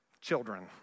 children